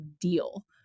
deal